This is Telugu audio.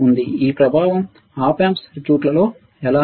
ఈ ప్రభావం Op amp సర్క్యూట్ లో ఎలా